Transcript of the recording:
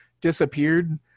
disappeared